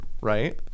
Right